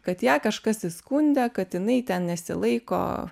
kad ją kažkas įskundė kad jinai ten nesilaiko